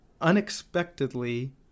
unexpectedly